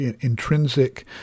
intrinsic